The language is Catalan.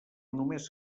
només